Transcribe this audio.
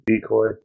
decoy